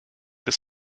des